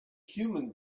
human